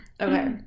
Okay